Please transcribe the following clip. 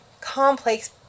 complex